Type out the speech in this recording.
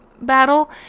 battle